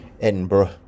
Edinburgh